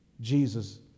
jesus